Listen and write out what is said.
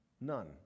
None